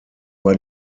war